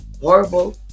horrible